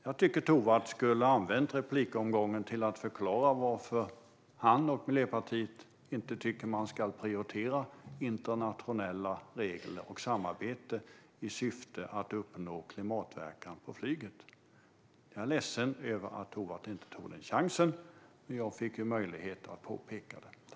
Jag tycker att Tovatt skulle ha använt replikomgången till att förklara varför han och Miljöpartiet inte tycker att man ska prioritera internationella regler och samarbete i syfte att uppnå klimatverkan på flyget. Jag är ledsen över att Tovatt inte tog denna chans, men jag fick ju möjlighet att påpeka det.